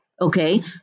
Okay